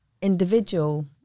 Individual